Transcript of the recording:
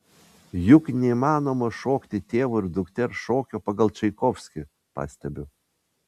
juk neįmanoma šokti tėvo ir dukters šokio pagal čaikovskį pastebiu